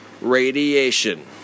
radiation